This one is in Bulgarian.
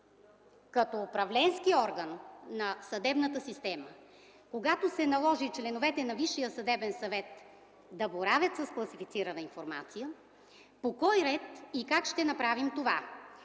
като управленски орган на съдебната система, когато се наложи членовете на Висшия съдебен съвет да боравят с класифицирана информация: по кой ред и как ще направим това?